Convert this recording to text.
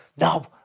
No